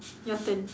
your turn